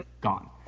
gone